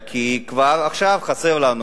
כי כבר עכשיו חסרים לנו,